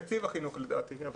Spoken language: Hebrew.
מתקציב החינוך לדעתי.